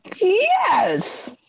Yes